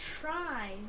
try